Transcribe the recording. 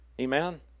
amen